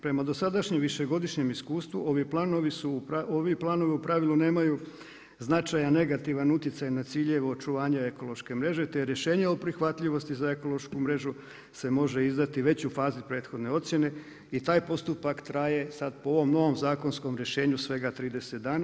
Prema dosadašnjem višegodišnjem iskustvu, ovi planovi u pravilu nemaju značajan negativni utjecaj na ciljeve i očuvanje ekološke mreže, te rješenje o prihvatljivosti za ekološku mrežu se može izdati već u fazi prethodne ocjene i taj postupak traje sad po ovom novom zakonskom rješenju svega 30 dana.